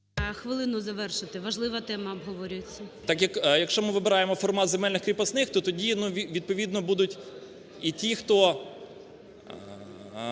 Хвилину завершити, важлива тема обговорюється. МУШАК О.П. Якщо ми вибираємо формат земельних кріпосних, то тоді відповідно будуть і ті, хто